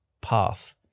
path